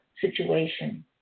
situation